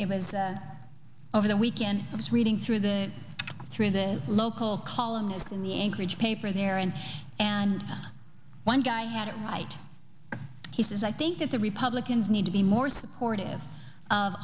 image over the weekend i was reading through the through the local columnist in the anchorage paper there and and one guy had it right he says i think that the republicans need to be more supportive of